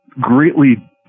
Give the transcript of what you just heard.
greatly